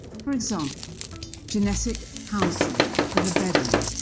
for example genetic counselling for the beduin,